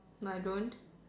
my don't